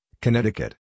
Connecticut